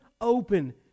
open